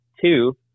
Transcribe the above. two